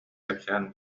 кэпсээн